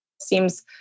seems